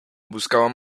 buscaba